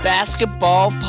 Basketball